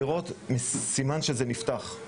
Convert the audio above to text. המדבקה אפשר לראות סימן שזה נפתח,